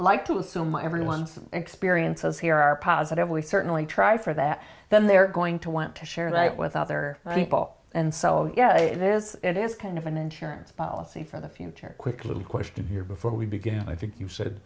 like to assume my everyone's experiences here are positive we certainly try for that then they're going to want to share that with other people and so yeah it is it is kind of an insurance policy for the future quickly question here before we began